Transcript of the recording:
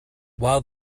while